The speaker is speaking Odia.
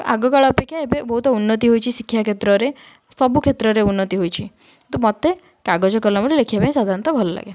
ଆଗକାଳ ଅପେକ୍ଷା ଏବେ ବହୁତ ଉନ୍ନତି ହୋଇଛି ଶିକ୍ଷା କ୍ଷେତ୍ରରେ ସବୁ କ୍ଷେତ୍ରରେ ଉନ୍ନତି ହୋଇଛି ତ ମୋତେ କାଗଜ କଲମରେ ଲେଖିବାପାଇଁ ସାଧାରଣତଃ ଭଲ ଲାଗେ